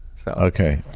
so okay.